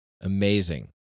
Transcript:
amazing